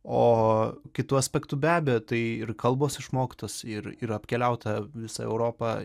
o kitu aspektu be abejo tai ir kalbos išmoktos ir ir apkeliauta visa europa